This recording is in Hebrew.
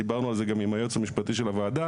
דיברנו על זה גם עם הייעוץ המשפטי של הוועדה,